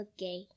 Okay